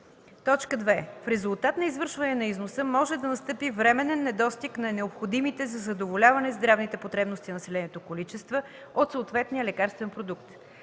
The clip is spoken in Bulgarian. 2. в резултат на извършване на износа може да настъпи временен недостиг на необходимите за задоволяване здравните потребности на населението количества от съответния лекарствен продукт;